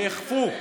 ייאכפו,